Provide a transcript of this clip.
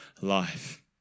life